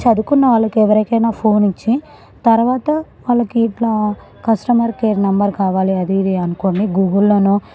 చదువుకున్న వాళ్ళకెవరికైనా ఫోన్ ఇచ్చి తర్వాత వాళ్ళకి ఇట్లా కస్టమర్ కేర్ నెంబర్ కావాలి అది ఇది అనుకోండి గూగుల్లోనో